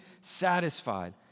satisfied